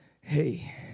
Hey